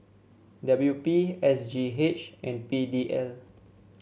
W P S G H and P D L